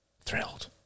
thrilled